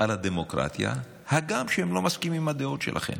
על הדמוקרטיה, הגם שהם לא מסכימים עם הדעות שלכם,